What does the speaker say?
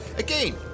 Again